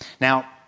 Now